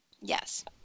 Yes